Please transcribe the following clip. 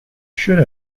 should